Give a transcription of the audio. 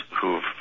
who've